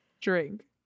drink